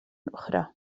أخرى